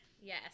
Yes